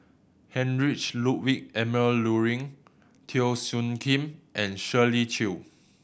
Heinrich Ludwig Emil Luering Teo Soon Kim and Shirley Chew